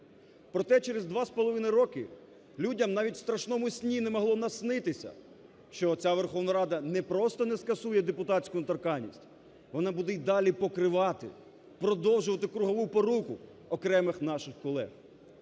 два з половиною роки людям навіть в страшному сні не могло наснитися, що оця Верховна Рада не просто не скасує депутатську недоторканність, вона буде й далі покривати, продовжувати кругову поруку окремих наших колег.